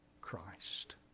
Christ